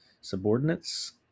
subordinates